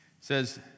says